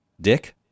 Dick